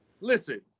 Listen